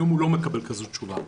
היום הוא לא מקבל כזאת תשובה.